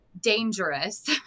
dangerous